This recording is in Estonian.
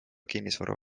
kinnisvara